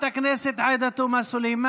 חברת הכנסת מואטי,